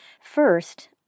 First